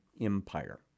Empire